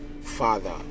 Father